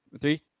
three